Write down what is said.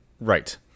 Right